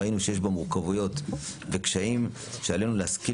ראינו שיש בה מורכבויות וקשיים שעלינו להשכיל